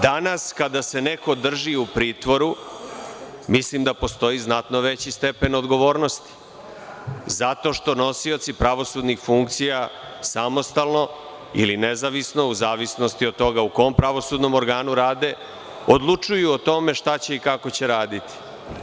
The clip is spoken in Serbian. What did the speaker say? Danas kada se neko drži u pritvoru, mislim da postoji znatno veći stepen odgovornosti zato što nosioci pravosudnih funkcija samostalno ili nezavisno, u zavisnosti od toga u kom pravosudnom organu rade, odlučuju o tome šta će i kako će raditi.